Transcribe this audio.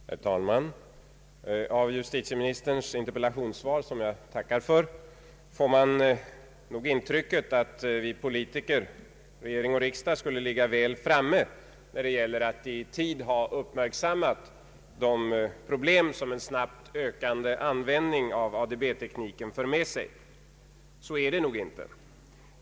Herr talman! Av justitieministerns interpellationssvar, som jag tackar för, får man intrycket att vi politiker, regering och riksdag, skulle ligga väl framme när det gäller att i tid ha uppmärksammat de problem som en snabbt ökande användning av ADB-tekniken för med sig. Så är det nog inte.